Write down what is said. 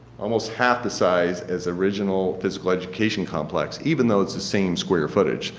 almost half the size as original physical education complex even though it is the same square footage.